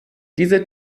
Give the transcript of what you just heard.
diese